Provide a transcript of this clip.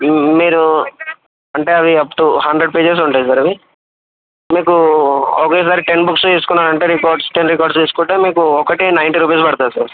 మీరు అంటే అవి అప్ టూ హండ్రెడ్ పేజెస్ ఉంటాయి సార్ అవి మీకు ఒకేసారి టెన్ బుక్స్ తీసుకున్నారంటే రికార్డ్స్ టెన్ రికార్డ్స్ తీసుకుంటే మీకు ఒకటి నైన్టీ రూపీస్ పడుతుంది సార్